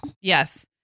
Yes